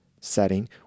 setting